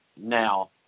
now